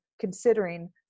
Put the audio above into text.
considering